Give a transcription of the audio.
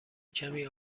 کمی